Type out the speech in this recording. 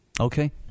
Okay